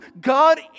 God